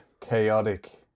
chaotic